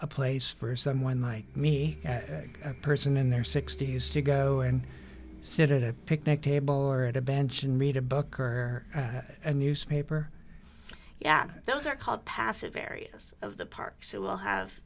a place for someone like me a person in their sixty's to go and sit at a picnic table or at a bench and read a book or a newspaper yet those are called passive areas of the park so we'll have